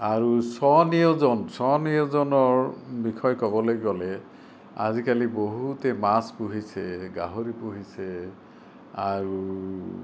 আৰু স্বনিয়োজন স্বনিয়োজনৰ বিষয় ক'বলৈ গ'লে আজিকালি বহুতে মাছ পুহিছে গাহৰি পুহিছে আৰু